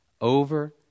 over